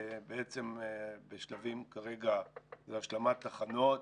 בעצם בשלבים כרגע להשלמת תחנות